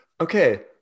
okay